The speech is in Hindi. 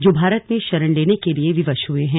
जो भारत में शरण लेने के लिए विवश हुए हैं